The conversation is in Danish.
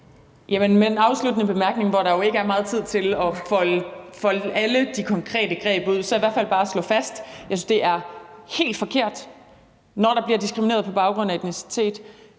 med en afsluttende bemærkning, hvor der jo ikke er meget tid til at folde alle de konkrete greb ud, vil jeg i hvert fald bare slå fast, at jeg synes, det er helt forkert, når der bliver diskrimineret på baggrund af etnicitet.